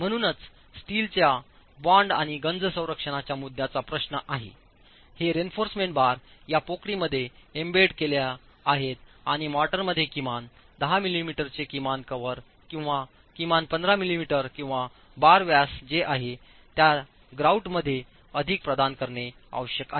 म्हणूनच स्टीलच्या बाँड आणि गंज संरक्षणाच्या मुद्द्यांचा प्रश्न आहे हे रेइन्फॉर्समेंट बार या पोकळींमध्ये एम्बेड केल्या आहेत आणि मोर्टारमध्ये किमान 10 मिलीमीटरचे किमान कव्हर किंवा किमान 15 मिलीमीटर किंवा बार व्यास जे आहे त्या ग्राउट मध्ये अधिक प्रदान करणे आवश्यक आहे